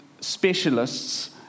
specialists